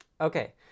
Okay